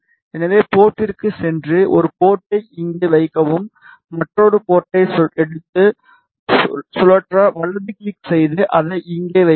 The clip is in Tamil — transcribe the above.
எனவே போர்ட்டிற்கு சென்று ஒரு போர்ட்டை இங்கே வைக்கவும் மற்றொரு போர்ட்டை எடுத்து சுழற்ற வலது கிளிக் செய்து அதை இங்கே வைக்கவும்